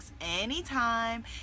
anytime